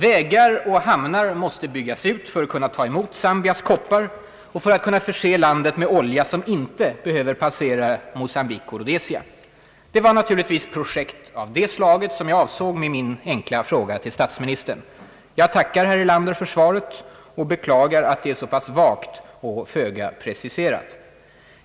Vägar och hamnar måste byggas ut för att kunna ta emot Zambias koppar och för att kunna förse landet med olja som inte behöver passera Mocambique och Rhodesia. Det var naturligtvis projekt av det slaget som jag avsåg med min enkla fråga till statsministern. Jag tackar herr Erlander för svaret och beklagar att det är så pass vagt och föga preciserat.